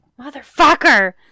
Motherfucker